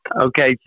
Okay